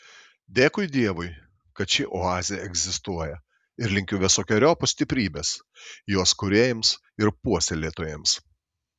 dėkui dievui kad ši oazė egzistuoja ir linkiu visokeriopos stiprybės jos kūrėjams ir puoselėtojams